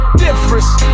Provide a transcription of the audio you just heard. difference